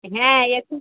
হ্যাঁ একটু